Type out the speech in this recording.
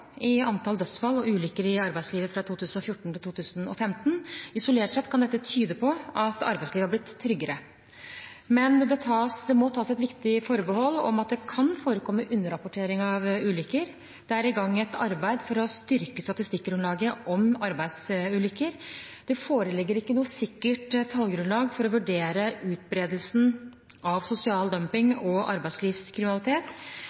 i antall dødsfall og ulykker i arbeidslivet fra 2014 til 2015. Isolert sett kan dette tyde på at arbeidslivet er blitt tryggere, men det må tas et viktig forbehold om at det kan forekomme underrapportering av ulykker. Det er i gang et arbeid for å styrke statistikkgrunnlaget om arbeidsulykker. Det foreligger ikke noe sikkert tallgrunnlag for å vurdere utbredelsen av sosial